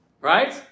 Right